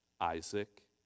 Isaac